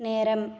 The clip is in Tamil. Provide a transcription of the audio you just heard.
நேரம்